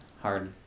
hard